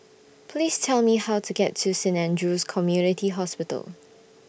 Please Tell Me How to get to Saint Andrew's Community Hospital